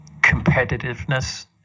competitiveness